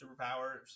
superpowers